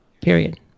Period